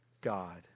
God